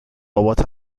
بابات